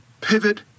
pivot